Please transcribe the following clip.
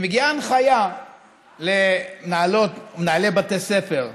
מגיעה הנחיה למנהלי בתי ספר התיכוניים,